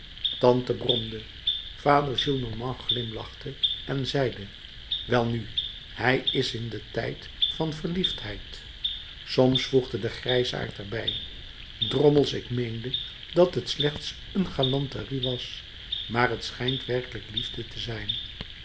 tante bromde vader gillenormand glimlachte en zeide welnu hij is in den tijd van verliefdheid soms voegde de grijsaard er bij drommels ik meende dat het slechts een galanterie was maar t schijnt werkelijk liefde te zijn